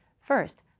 First